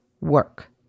work